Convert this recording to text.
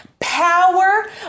Power